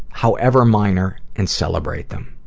however minor and celebrate them.